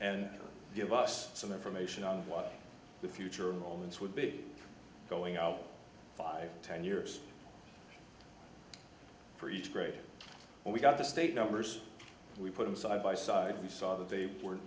and give us some information on what the future of all this would be going out five ten years for each grade when we got the state numbers we put them side by side we saw that they were